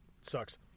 sucks